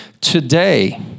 Today